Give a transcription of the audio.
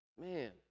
Man